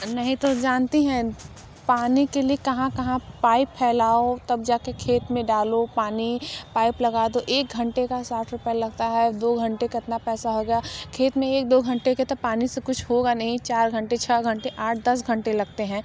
नहीं तो जानती हैं पानी के लिए कहाँ कहाँ पाइप फैलाओ तब जाकर खेत में डालो पानी पाइप लगा दो एक घंटे का साठ रुपये लगता है दो घंटे कितना पैसा हो गया खेत में एक दो घंटे के तो पानी से कुछ होगा नहीं चार घंटे छः घंटे आठ दस घंटे लगते हैं